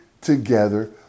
together